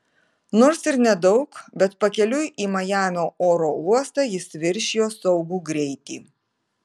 nors ir nedaug bet pakeliui į majamio oro uostą jis viršijo saugų greitį